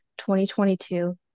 2022